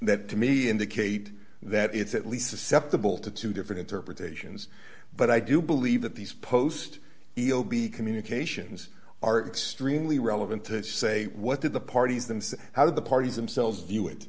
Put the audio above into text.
that to me indicate that it's at least susceptible to two different interpretations but i do believe that these post he'll be communications are extremely relevant to say what did the parties themselves how did the parties themselves view it